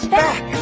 back